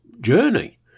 journey